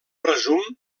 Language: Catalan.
resum